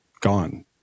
gone